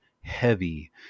heavy